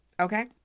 Okay